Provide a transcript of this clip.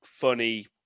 funny